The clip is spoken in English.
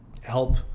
help